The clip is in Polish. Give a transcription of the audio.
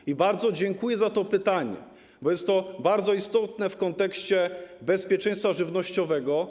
I bardzo dziękuję za to pytanie, bo jest ono bardzo istotne w kontekście bezpieczeństwa żywnościowego.